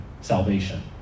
salvation